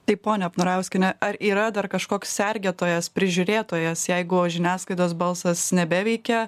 taip ponia apnarauskiene ar yra dar kažkoks sergėtojas prižiūrėtojas jeigu žiniasklaidos balsas nebeveikia